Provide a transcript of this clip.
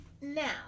now